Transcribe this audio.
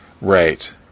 Right